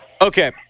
Okay